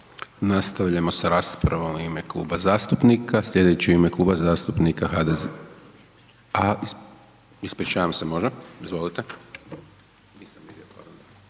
Nastavljamo sa raspravom u ime kluba zastupnika, slijedeći u ime Kluba zastupnika HDZ, ispričavam se, može. Izvolite.